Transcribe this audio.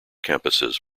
campuses